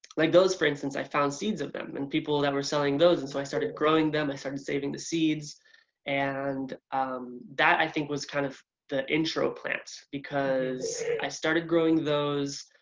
like those for instance i found seeds of them and people that were selling those, and so i started growing them. i started saving the seeds and um that i think was kind of the intro plant because i started growing those,